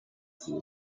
子为